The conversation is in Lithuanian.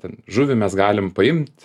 ten žuvį mes galim paimt